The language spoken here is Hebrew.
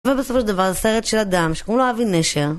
ובסופו של דבר, סרט של אדם שקוראים לו אבי נשר